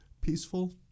peaceful